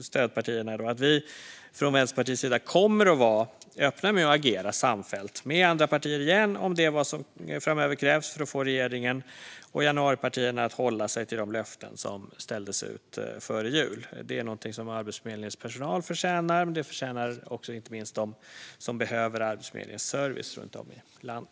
stödpartierna. Vi från Vänsterpartiets sida kommer att vara öppna för att agera samfällt tillsammans med andra partier igen om det är vad som krävs framöver för att få regeringen och januaripartierna att hålla sig till de löften som ställdes ut före jul. Det är någonting som Arbetsförmedlingens personal förtjänar, och det förtjänar inte minst de som behöver Arbetsförmedlingens service runt om i landet.